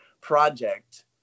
project